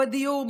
בדיור,